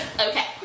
Okay